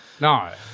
No